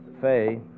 Faye